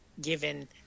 given